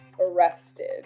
arrested